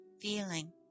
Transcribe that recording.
Feeling